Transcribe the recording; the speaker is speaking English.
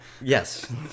Yes